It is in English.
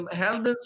health